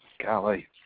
Golly